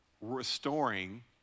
restoring